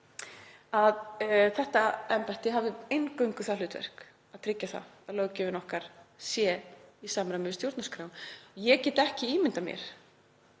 Að þetta embætti hafi eingöngu það hlutverk að tryggja það að löggjöfin okkar sé í samræmi við stjórnarskrá. Ég get ekki ímyndað mér